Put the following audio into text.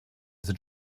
sind